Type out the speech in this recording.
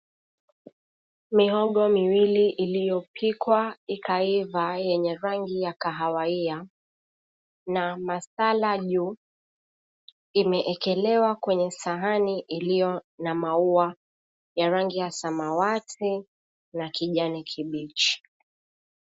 Mihogo miwili iliyopikwa ikaiva yenye rangi ya kahayawia na masala juu, imeekelewa kwenye sahani iliyo na maua ya rangi ya samawati na kijani kibichi.